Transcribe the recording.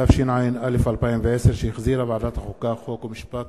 התשע"א 2010, שהחזירה ועדת החוקה, חוק ומשפט.